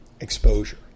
exposure